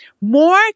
More